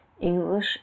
English